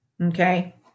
Okay